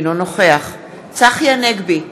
אינו נוכח צחי הנגבי,